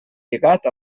lligat